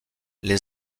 les